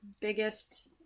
biggest